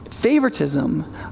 favoritism